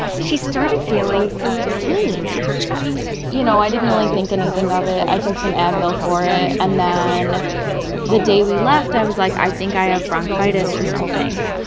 she started feeling some pain in her chest you know, i didn't really think anything of it. i took some advil for it. and then the day we left, i was like, i think i have bronchitis or something.